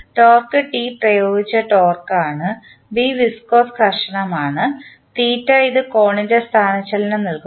torque T പ്രയോഗിച്ച torque ആണ് B viscous ഘർഷണം ആണ് ഇത് കോണിൻറെ സ്ഥാനചലനം നൽകുന്നു